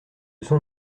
sont